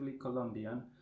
colombian